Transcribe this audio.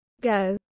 go